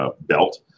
belt